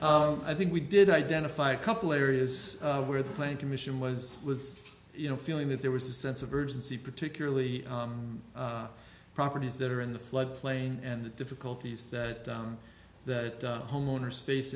i think we did identify a couple areas where the plane commission was was you know feeling that there was a sense of urgency particularly properties that are in the flood plain and the difficulties that that homeowners face